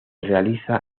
realiza